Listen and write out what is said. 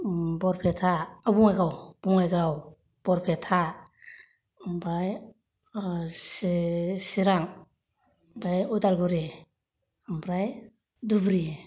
बरपेटा बङाइगाव बङाइगाव बरपेटा आमफाय सि चिरां आमफ्राय अदालगुरि आमफ्राय धुब्रि